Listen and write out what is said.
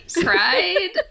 cried